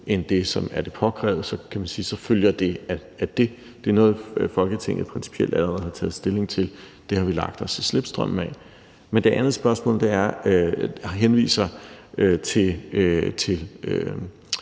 end det, som er det påkrævede, så kan man sige, at det så følger af det. Det er noget, Folketinget principielt allerede har taget stilling til; det har vi lagt os i slipstrømmen af. Men det andet spørgsmål henviser til